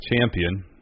champion